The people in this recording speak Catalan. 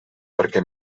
perquè